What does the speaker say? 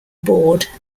board